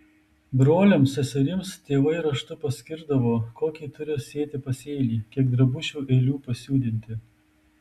broliams seserims tėvai raštu paskirdavo kokį turi sėti pasėlį kiek drabužių eilių pasiūdinti